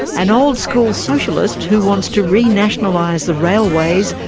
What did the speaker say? an old-school socialist who wants to re-nationalise the railways,